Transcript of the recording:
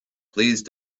please